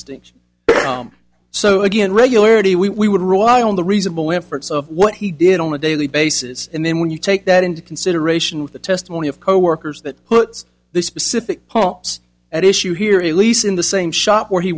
stinks so again regularity we would rely on the reasonable efforts of what he did on a daily basis and then when you take that into consideration with the testimony of coworkers that puts this specific point at issue here at least in the same shop where he